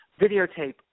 videotape